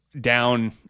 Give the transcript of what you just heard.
down